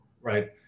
Right